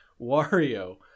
Wario